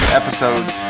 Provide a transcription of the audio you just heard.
episodes